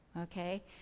okay